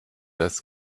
das